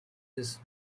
this